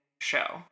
show